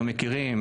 אנחנו מכירים